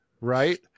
right